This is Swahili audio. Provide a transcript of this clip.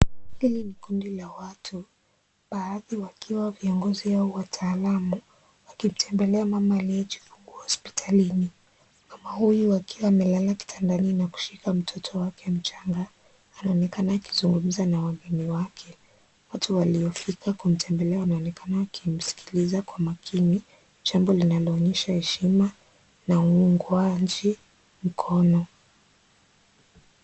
Hili ni kundi la watu, baadhi wakiwa viongozi au wataalamu. Wakimtembelea mama aliye chungwa hospitalini. Mama huyu akiwa amelala kitandani na kushika mtoto wake mchanga. Anaonekana akizungumza na wageni wake. Watu waliofika kumtembelea wanaonekana wakimsikiliza kwa makini jambo linaloonyesha heshima na uungwaji mkono.